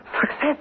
success